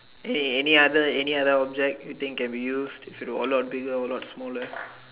any any other any other object you think of you still all lot be all lot smaller